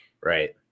right